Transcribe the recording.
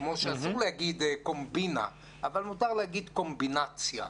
כמו שאסור לומר קומבינה אבל מותר להגיד קומבינציה.